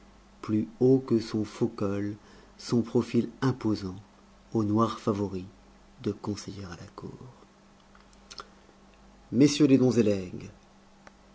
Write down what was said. plus haut que son faux col son profil imposant aux noirs favoris de conseiller à la cour messieurs des dons